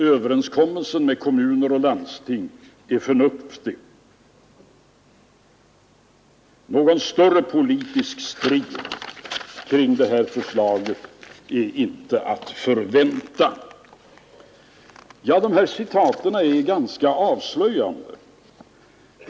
Överenskommelsen med kommuner och landsting är förnuftig. Någon större politisk strid kring det här förslaget är inte att förvänta.” De här citaten är ganska avslöjande.